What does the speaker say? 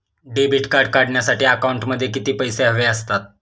Debit card काढण्यासाठी अकाउंटमध्ये किती पैसे हवे असतात?